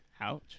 Ouch